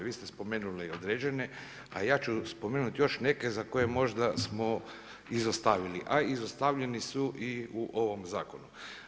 Vi ste spomenuli određene a ja ću spomenuti još neke za koje možda smo izostavili, a izostavljeni su i u ovom zakonu.